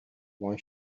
why